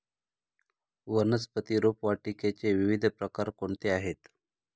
वनस्पती रोपवाटिकेचे विविध प्रकार कोणते आहेत?